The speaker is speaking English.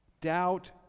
Doubt